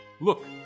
Look